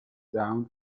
down